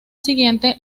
siguiente